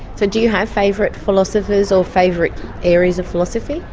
so do you have favourite philosophers or favourite areas of philosophy?